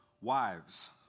Wives